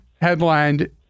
headlined